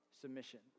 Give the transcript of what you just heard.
submission